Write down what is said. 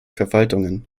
verwaltungen